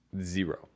Zero